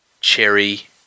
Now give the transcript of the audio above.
Cherry